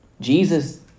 Jesus